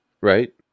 Right